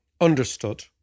understood